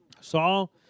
Saul